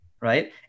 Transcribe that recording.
right